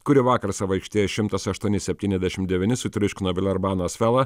kuri vakar savo aikštėje šimtas aštuoni septyniasdešimt devyni sutriuškino vilerbano asvelą